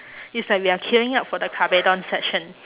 is like we are queuing up for the kabedon section